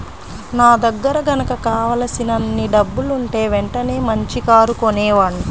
నా దగ్గర గనక కావలసినన్ని డబ్బులుంటే వెంటనే మంచి కారు కొనేవాడ్ని